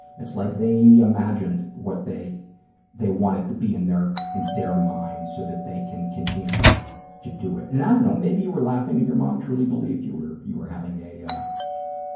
it's like they imagined what they they want it to be in their in their minds so that they continue to to do it. and i don't know, maybe you were laughing and your mom truly believed you were you were having a yeah